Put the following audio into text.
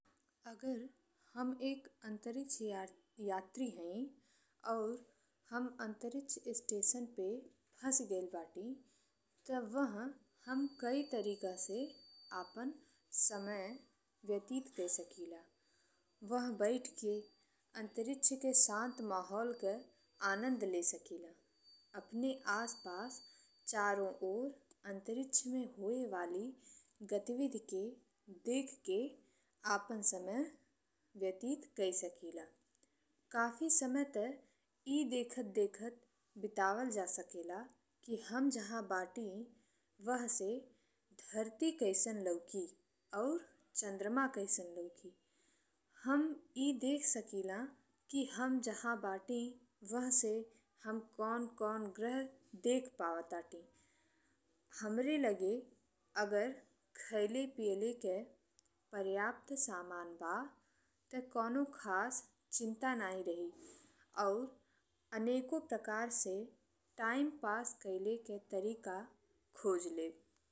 वह बैठ के अंतरिक्ष के शांत माहौल के आनंद ले सकीला। अपने आस पास चारो ओर अंतरिक्ष में होए वाली गतिविधि के देख के आपन समय व्यतीत कई सकीला। काफी समय से ए देखत देखत बितावल जा सकेला कि हम जहाँ बानी वह से धरती कइसन लउकी आ चंद्रमा कइसन लउकी। हम ए देखि सकीला कि हम जहाँ बानी वह से कौन कौन ग्रह देख पावत बाटी। हमरे लगे अगर खइले पिएल के पर्याप्त सामान बा ते कोनो खास चिंता ना रही आ अनेको प्रकार से टाइम पास कईले के तरीका खोज लेब।